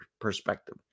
perspective